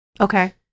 okay